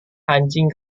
anjing